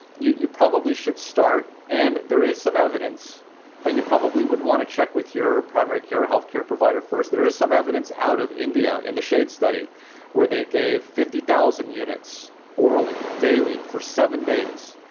you you probably should start. and there is some evidence but you probably would want to check with your primary care health care provider first there is some evidence out of india in the shade study where they gave fifty thousand units orally daily for seven days,